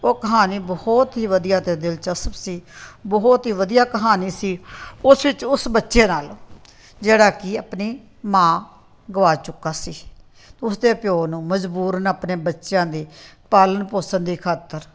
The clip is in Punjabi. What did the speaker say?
ਉਹ ਕਹਾਣੀ ਬਹੁਤ ਹੀ ਵਧੀਆ ਅਤੇ ਦਿਲਚਸਪ ਸੀ ਬਹੁਤ ਹੀ ਵਧੀਆ ਕਹਾਣੀ ਸੀ ਉਸ ਵਿੱਚ ਉਸ ਬੱਚੇ ਨਾਲ ਜਿਹੜਾ ਕਿ ਆਪਣੀ ਮਾਂ ਗਵਾ ਚੁੱਕਾ ਸੀ ਅਤੇ ਉਸਦੇ ਪਿਓ ਨੂੰ ਮਜਬੂਰਨ ਆਪਣੇ ਬੱਚਿਆਂ ਦੇ ਪਾਲਣ ਪੋਸ਼ਣ ਦੇ ਖਾਤਰ